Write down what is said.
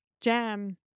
jam